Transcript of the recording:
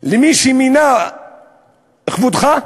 למי שמינה את כבודך,